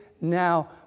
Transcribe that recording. now